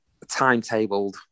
timetabled